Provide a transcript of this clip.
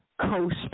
coast